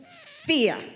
fear